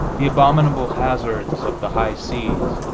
the abominable hazards of the high seas,